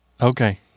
okay